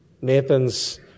Nathan's